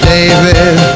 David